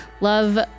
love